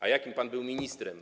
A jakim pan był ministrem?